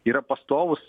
yra pastovūs